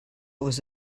was